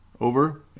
over